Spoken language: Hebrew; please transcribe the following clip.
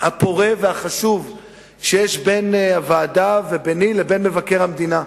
הפורה והחשוב בין הוועדה וביני לבין מבקר המדינה.